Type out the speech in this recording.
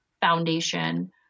foundation